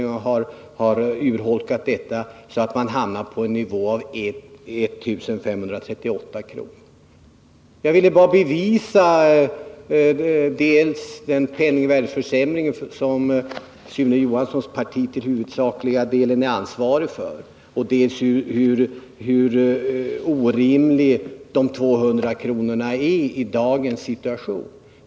Penningvärdeförsämringen har ju urholkat denna summa så att man i dag hamnar på nivån 1 538 kr. Jag vill bara belysa dels den penningvärdeförsämring som Sune Johanssons parti till huvudsaklig del är ansvarigt för, dels hur orimligt beloppet 200 kr. är i dagens situation.